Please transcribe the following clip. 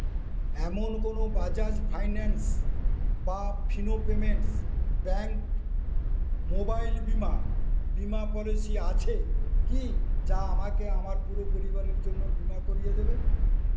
এমন কোন বাজাজ ফাইন্যান্স বা ফিনো পেমেন্টস ব্যাংক মোবাইল বীমা বীমা পলিসি আছে কি যা আমাকে আমার পুরো পরিবারের জন্য বীমা করিয়ে দেবে